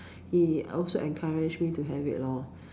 he also encouraged me to have it lor